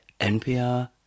npr